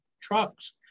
trucks